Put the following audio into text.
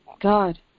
God